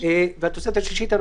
התוספת הרביעית,